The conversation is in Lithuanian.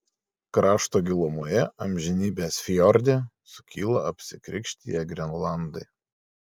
krašto gilumoje amžinybės fjorde sukyla apsikrikštiję grenlandai